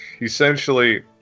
essentially